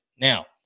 Now